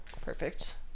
Perfect